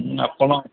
ଆପଣ